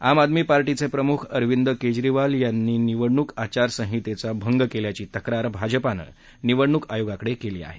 आम आदमी पार्टीचे प्रमुख अरविंद केजरीवाल यांनी निवडणूक आचारसंहितेचा भंग केल्याची तक्रार भाजपाने निवडणूक आयोगाकडे केली आहे